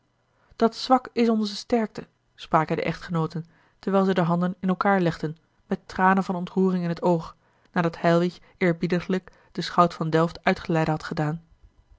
dat zwak is onze sterkte spraken de echtgenooten terwijl zij de handen in elkaâr legden met tranen van ontroering in het oog nadat heilwich eerbiediglijk den schout van delft uitgeleide had gedaan